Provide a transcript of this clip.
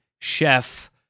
chef